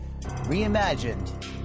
reimagined